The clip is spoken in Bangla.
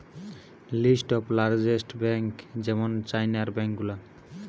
লিস্ট অফ লার্জেস্ট বেঙ্ক যেমন চাইনার ব্যাঙ্ক গুলা